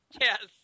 Yes